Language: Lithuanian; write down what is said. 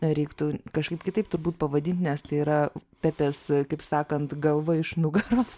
reiktų kažkaip kitaip turbūt pavadint nes tai yra pepės kaip sakant galva iš nugaros